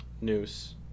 Noose